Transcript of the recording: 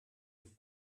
und